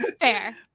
Fair